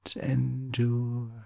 endure